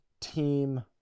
team